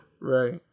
Right